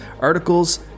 articles